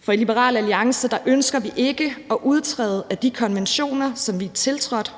For i Liberal Alliance ønsker vi ikke at udtræde af de konventioner, som vi har tiltrådt,